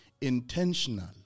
intentional